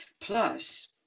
plus